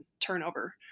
turnover